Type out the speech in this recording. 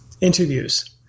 interviews